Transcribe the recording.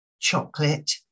chocolate